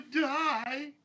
die